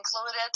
included